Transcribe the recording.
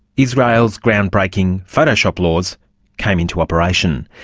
israel's groundbreaking photoshop laws came into operation.